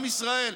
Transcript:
עם ישראל.